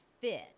fit